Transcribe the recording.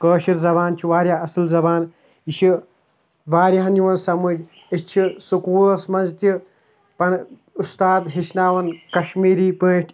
کٲشِر زبان چھِ واریاہ اَصٕل زبان یہِ چھِ واریَہَن یِوان سَمٕجھ أسۍ چھِ سٔکوٗلَس منٛز تہِ پَنہٕ اُستاد ہیٚچھناوان کَشمیٖری پٲٹھۍ